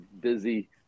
busy